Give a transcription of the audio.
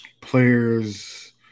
players